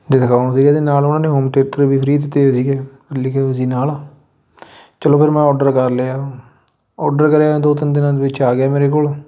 discount ਸੀਗਾ ਅਤੇ ਨਾਲ ਉਨ੍ਹਾਂ ਨੇ ਹੋਮ ਥੇਟਰ ਵੀ ਫਰੀ ਦਿੱਤੇ ਸੀਗੇ ਲਿਖੇ ਵੀ ਸੀ ਨਾਲ ਚਲੋ ਫਿਰ ਮੈਂ ਔਡਰ ਕਰ ਲਿਆ ਔਡਰ ਕਰਿਆ ਦੋ ਤਿੰਨ ਦਿਨਾਂ ਦੇ ਵਿੱਚ ਆ ਗਿਆ ਮੇਰੇ ਕੋਲ